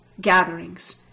gatherings